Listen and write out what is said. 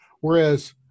whereas